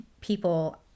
people